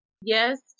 Yes